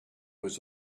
was